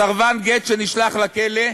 סרבן גט שנשלח לכלא,